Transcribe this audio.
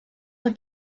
for